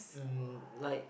um like